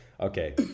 Okay